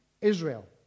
Israel